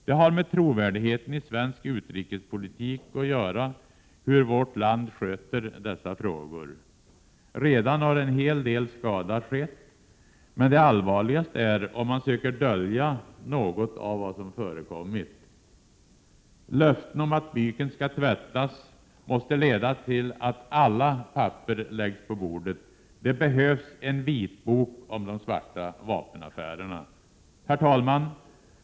Det har med trovärdigheten i svensk utrikespolitik att göra hur vårt land sköter dessa 49 frågor. En hel del skada har redan skett, men det allvarligaste är om man söker dölja något av vad som förekommit. Löften om att byken skall tvättas måste leda till att alla papper läggs på bordet. Det behövs en vitbok om de svarta vapenaffärerna. Herr talman!